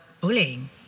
bullying